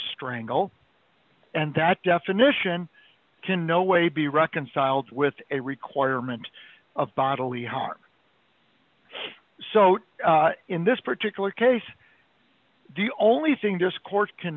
strangle and that definition can no way be reconciled with a requirement of bodily harm so in this particular case the only thing this court can